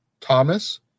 Thomas